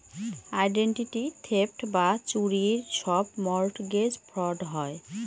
identity theft বা চুরির সব মর্টগেজ ফ্রড হয়